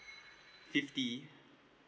fifty